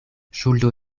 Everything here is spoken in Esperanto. ŝuldo